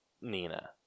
Nina